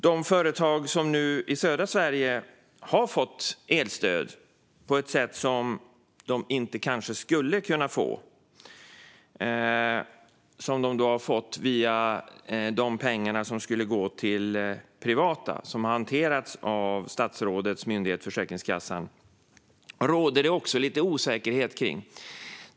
De företag i södra Sverige som nu har fått elstöd på ett sätt som de inte skulle ha kunnat få men ändå har fått - via de pengar som var avsedda för privatpersoner och som har hanterats av statsrådets myndighet Försäkringskassan - råder det också lite osäkerhet kring.